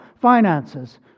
finances